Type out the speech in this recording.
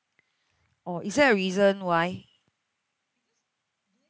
or is there a reason why